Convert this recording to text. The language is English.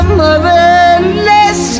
motherless